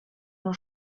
nur